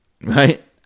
right